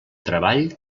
treball